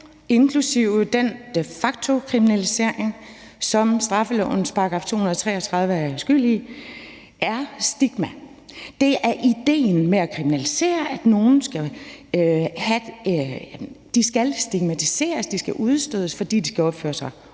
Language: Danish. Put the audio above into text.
inklusive den de facto-kriminalisering, som straffelovens § 233 er skyld i, er at stigmatisere. Idéen med at kriminalisere er, at nogle skal stigmatiseres og udstødes, fordi de skal opføre sig